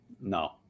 No